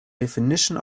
definition